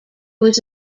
was